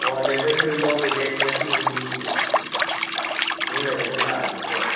ꯑꯣ ꯂꯦꯗꯔꯒꯤꯗꯨ ꯂꯧꯖꯒꯦ ꯉꯁꯤ ꯍꯨꯝꯅꯤ ꯃꯨꯛ ꯂꯩꯔꯒ ꯂꯥꯛꯑꯒꯦꯀꯣ